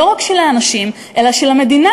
לא רק של האנשים אלא של המדינה,